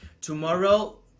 Tomorrow